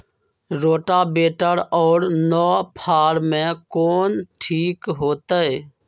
Rotavator और नौ फ़ार में कौन ठीक होतै?